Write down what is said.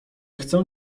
chcę